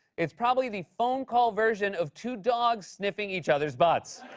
it's probably the phone call version of two dogs sniffing each other's butts.